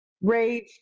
Rage